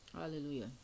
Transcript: Hallelujah